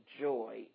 joy